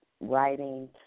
writing